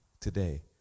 today